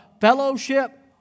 fellowship